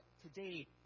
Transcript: today